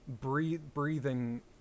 breathing